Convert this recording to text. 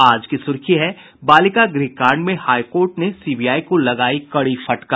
आज की सुर्खी है बालिका गृह कांड में हाई कोर्ट ने सीबीआई को लगायी कड़ी फटकार